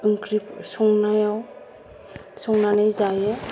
ओंख्रि संनायाव संनानै जायो